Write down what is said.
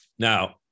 Now